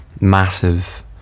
massive